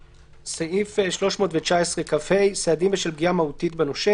"סעיף 319כה: סעדים בשל פגיעה מהותית בנושה